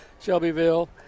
shelbyville